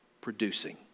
producing